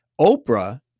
Oprah